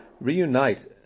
reunite